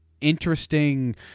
interesting